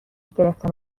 گرفتن